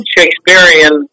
Shakespearean